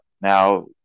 Now